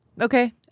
Okay